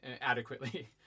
adequately